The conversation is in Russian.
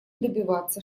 добиваться